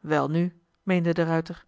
welnu meende de ruijter